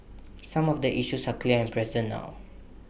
some of the issues are clear and present now